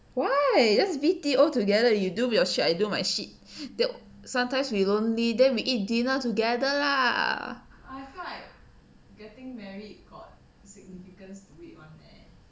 why just B_T_O altogether you do your shit I do my shit th~ sometimes we lonely then we eat dinner together lah